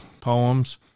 poems